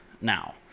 now